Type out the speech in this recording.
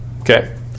Okay